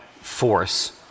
force